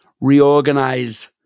Reorganize